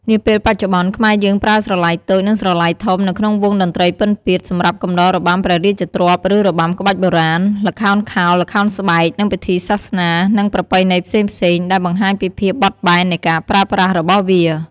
នាពេលបច្ចុប្បន្ន ខ្មែរយើងប្រើស្រឡៃតូច និងស្រឡៃធំ នៅក្នុងវង់តន្ត្រីពិណពាទ្យ សម្រាប់កំដររបាំព្រះរាជទ្រព្យ ឬរបាំក្បាច់បុរាណ ល្ខោនខោល ល្ខោនស្បែក និងពិធីសាសនា និងប្រពៃណីផ្សេងៗ ដែលបង្ហាញពីភាពបត់បែននៃការប្រើប្រាស់របស់វា។